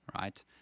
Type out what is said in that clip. right